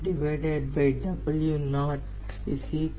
06 0